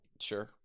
Sure